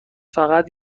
فقط